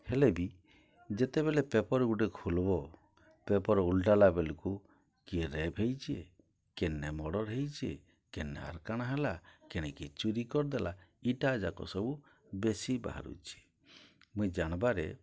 ହେଲେବି ଯେତେବେଲେ ପେପର୍ ଗୁଟେ ଖୁଲ୍ବ ପେପର୍ ଉଲ୍ଟାଲା ବେଲ୍କୁ କିଏ ରେପ୍ ହେଇଛେ କେନେ ମର୍ଡ଼ର୍ ହେଇଛେ କେନେ ଆର୍ କାଣା ହେଲା କେନେ କିଏ ଚୋରି କରିଦେଲା ଇଟାଜାକ ସବୁ ବେଶୀ ବାହାରୁଛେ ମୁଇଁ ଜାନ୍ବାରେ